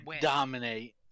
dominate